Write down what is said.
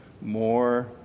more